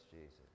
Jesus